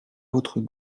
votre